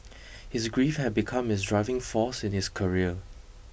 his grief have become his driving force in his career